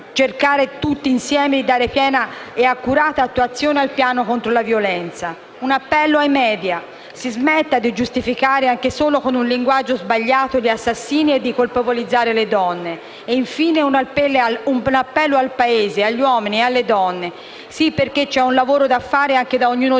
cercare tutti insieme di dare piena e accurata attuazione al piano contro la violenza. Un appello ai *media*: si smetta di giustificare, anche solo con un linguaggio sbagliato, gli assassini e di colpevolizzare le donne. Infine un appello al Paese, agli uomini e alle donne: sì, perché c'è un lavoro da fare anche da parte di ognuno